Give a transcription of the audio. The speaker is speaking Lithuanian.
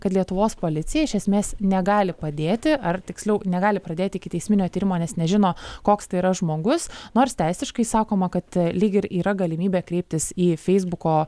kad lietuvos policija iš esmės negali padėti ar tiksliau negali pradėti ikiteisminio tyrimo nes nežino koks tai yra žmogus nors teisiškai sakoma kad lyg ir yra galimybė kreiptis į feisbuko